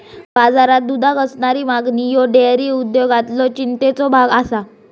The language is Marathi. बाजारात दुधाक असणारी मागणी ह्यो डेअरी उद्योगातलो चिंतेचो भाग आसा